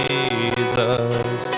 Jesus